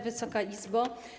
Wysoka Izbo!